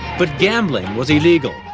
but gambling was illegal,